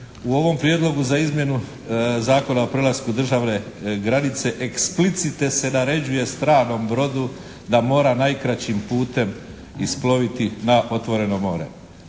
U ovom prijedlogu za izmjenu Zakona o prelasku državne granice eksplicite se naređuje stranom brodu da mora najkraćim putem isploviti na otvoreno more,